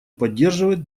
поддерживает